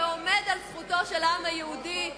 ועומד על זכותו של העם היהודי,